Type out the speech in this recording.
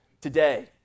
today